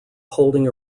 holding